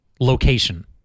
location